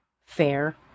fair